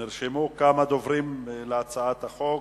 נרשמו כמה דוברים לדיון בהצעת החוק.